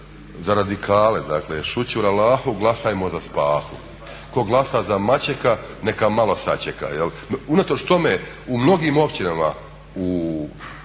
za radikale dakle "Šućur Alahu glasajmo za Spahu", "Ko glasa za Mačeka neka malo sačeka." Unatoč tome u mnogim općinama u